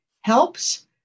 helps